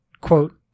quote